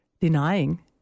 denying